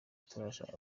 turashaka